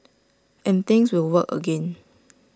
and things will work again